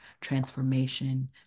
transformation